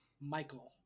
Michael